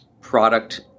product